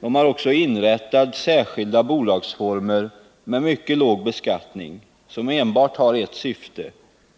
De har också inrättat särskilda bolagsformer med mycket låg beskattning som enbart har ett syfte,